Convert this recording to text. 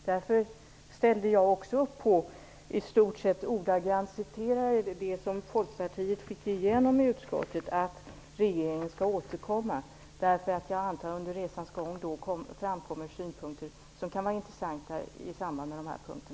Därför ställde jag också upp på och citerade i stort sett ordagrant det som Folkpartiet fick igenom i utskottet, att regeringen skall återkomma. Jag antar nämligen att det under resans gång framkommer synpunkter som kan vara intressanta i samband med dessa frågor.